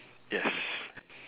yes